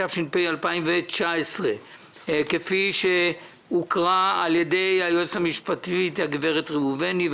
התש"ף 2019. כפי שהוקראה על ידי עורכת הדין ראובני,